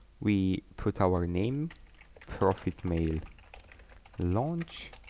we put our name profit mail launch